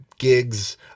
gigs